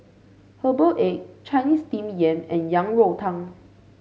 Herbal Egg Chinese Steamed Yam and Yang Rou Tang